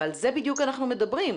ועל זה בדיוק אנחנו מדברים.